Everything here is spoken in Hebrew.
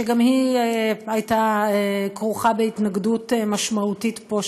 שגם היא הייתה כרוכה בהתנגדות משמעותית פה,